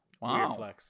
Wow